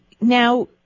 now